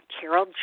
carol